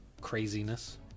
craziness